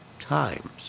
times